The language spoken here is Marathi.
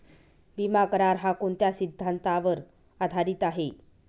विमा करार, हा कोणत्या सिद्धांतावर आधारीत आहे?